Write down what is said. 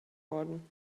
worden